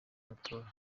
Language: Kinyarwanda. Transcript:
matora